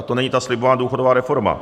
To není ta slibovaná důchodová reforma.